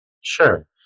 Sure